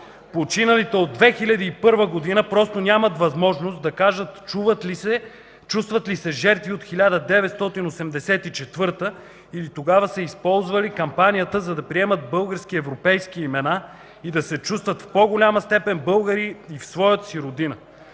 Починалите до 2001 г. просто нямат възможност да кажат чувстват ли се жертви от 1984 г. или тогава са използвали кампанията, за да приемат български и европейски имена и да се чувстват в по-голяма степен българи в своята си родина.